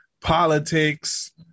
politics